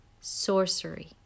sorcery